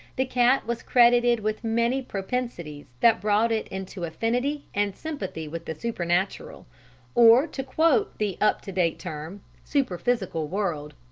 the cat was credited with many propensities that brought it into affinity and sympathy with the supernatural or to quote the up-to-date term superphysical world.